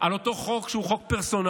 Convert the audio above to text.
על אותו חוק שהוא חוק פרסונלי,